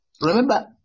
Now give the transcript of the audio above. remember